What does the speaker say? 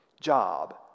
Job